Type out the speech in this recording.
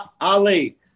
Ali